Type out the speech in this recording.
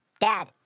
Dad